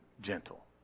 gentle